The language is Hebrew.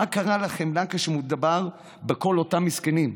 מה קרה לחמלה כשמדובר בכל אותם מסכנים?